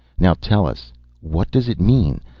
now tell us what does it mean?